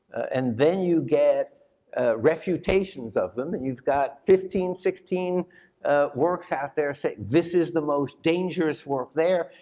and then you get refutations of them and you've got fifteen, sixteen works out there saying this is the most dangerous work there,